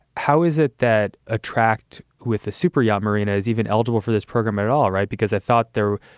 how is it that attract with the super yacht marina is even eligible for this program at all? right. because i thought there,